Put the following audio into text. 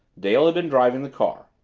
dale had been driving the car.